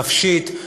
נפשית,